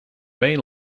main